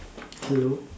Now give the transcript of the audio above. hello